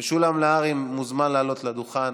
משולם נהרי מוזמן לעלות לדוכן